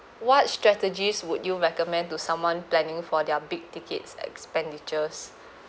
what strategies would you recommend to someone planning for their big tickets expenditures